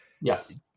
Yes